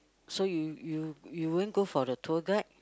so you you you won't go for the tour guide